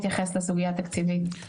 יתייחס לסוגיית התקציבים.